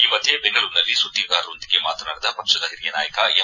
ಈ ಮಧ್ಯೆ ಬೆಂಗಳೂರಿನಲ್ಲಿ ಸುದ್ದಿಗಾರರೊಂದಿಗೆ ಮಾತನಾಡಿದ ಪಕ್ಷದ ಹಿರಿಯ ನಾಯಕ ಎಂ